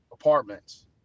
apartments